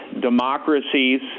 democracies